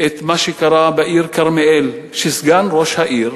את מה שקרה בעיר כרמיאל, שסגן ראש העיר,